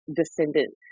descendant